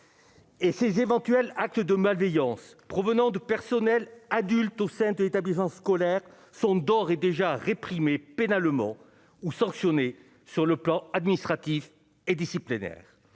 et ses éventuelles actes de malveillance provenant de personnels adultes au sein de l'établissement scolaire sont d'ores et déjà réprimés pénalement ou sanctionné sur le plan administratif et disciplinaire,